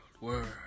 World